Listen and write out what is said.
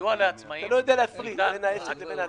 הסיוע לעצמאים ניתן --- אתה לא יודע להפריד בין העסק לבין העצמאי.